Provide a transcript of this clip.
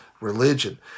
religion